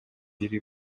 бири